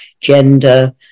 gender